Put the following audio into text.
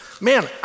man